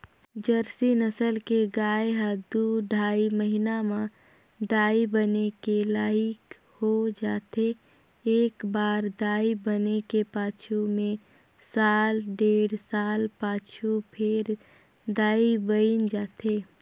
Jersey नसल के गाय ह दू ढ़ाई महिना म दाई बने के लइक हो जाथे, एकबार दाई बने के पाछू में साल डेढ़ साल पाछू फेर दाई बइन जाथे